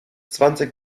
zwanzig